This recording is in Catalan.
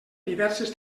diverses